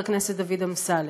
חבר הכנסת דוד אמסלם.